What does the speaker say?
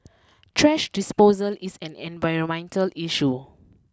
trash disposal is an environmental issue